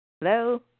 Hello